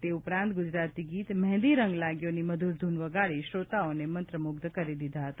તે ઉપરાંત ગુજરાતી ગીત મહેંદી રંગ લાગ્યોની મધુર ધૂન વગાડી શ્રોતાઓને મંત્રમુગ્ધ કરી દીધા હતા